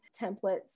templates